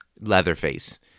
Leatherface